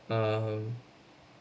um